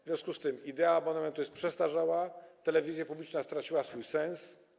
W związku z tym idea abonamentu jest przestarzała, telewizja publiczna straciła swój sens.